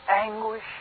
anguish